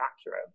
accurate